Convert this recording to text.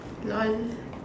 lol